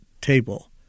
table